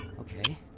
Okay